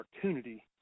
opportunity